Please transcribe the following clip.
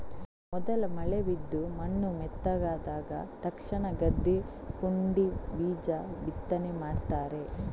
ಮೊದಲ ಮಳೆ ಬಿದ್ದು ಮಣ್ಣು ಮೆತ್ತಗಾದ ತಕ್ಷಣ ಗದ್ದೆ ಹೂಡಿ ಬೀಜ ಬಿತ್ತನೆ ಮಾಡ್ತಾರೆ